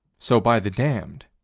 so, by the damned,